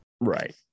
Right